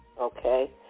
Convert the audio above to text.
Okay